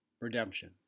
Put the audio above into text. Redemption